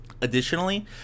additionally